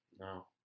No